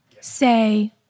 say